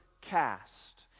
cast